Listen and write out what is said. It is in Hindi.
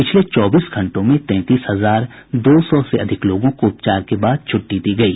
पिछले चौबीस घंटों में तैंतीस हजार दो सौ से अधिक लोगों को उपचार के बाद छटटी दी गयी